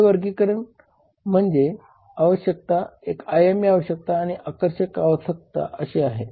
ते वर्गीकरण म्हणजे आवश्यकता एक आयामी आवश्यकता आणि आकर्षक आवश्यकता असे आहेत